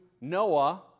Noah